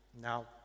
Now